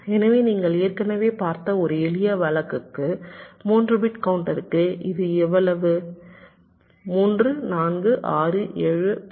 எனவே நீங்கள் ஏற்கனவே பார்த்த ஒரு எளிய வழக்குக்கு 3 பிட் கவுண்டருக்கு இது எவ்வளவு 3 4 6 7 10 14 14